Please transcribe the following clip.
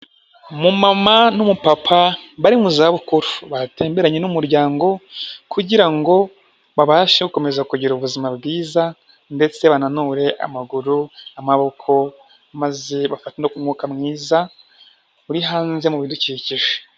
Umumama n'umupapa bari mu za bukuru batemberanye n'umuryango, kugira ngo babashe gukomeza kugira ubuzima bwiza, ndetse bananure amaguru n'amaboko maze bafate no ku mwuka mwiza uri hanze mu bidukikije.